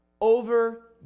over